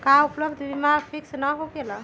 का उपलब्ध बीमा फिक्स न होकेला?